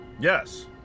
Yes